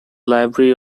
library